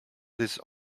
this